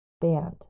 band